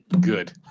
good